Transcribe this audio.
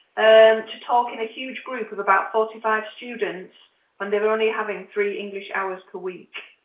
and to talk in a huge group of about forty five students when they're and only having three english hours per week.